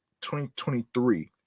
2023